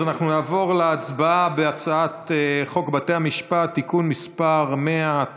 אז אנחנו נעבור להצבעה על הצעת חוק בתי המשפט (תיקון מס' 100),